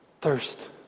thirst